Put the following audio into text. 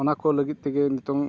ᱚᱱᱟᱠᱚ ᱞᱟᱹᱜᱤᱫ ᱛᱮᱜᱮ ᱱᱤᱛᱚᱝ